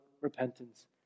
repentance